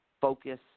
focus